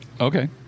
Okay